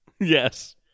Yes